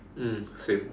mm same